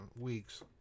weeks